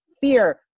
fear